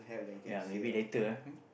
ya maybe later eh